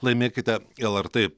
laimėkite lrt